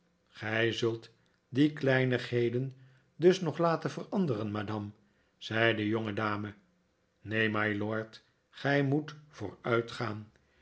gij zult die kleinigheden dus nog laten veranderen madame zei de jongedame neen mylord gij moet